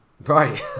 Right